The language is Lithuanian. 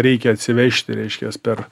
reikia atsivežti reiškias per